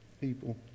people